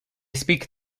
speak